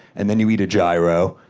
and then you eat a gyro,